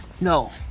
no